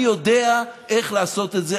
אני יודע איך לעשות את זה,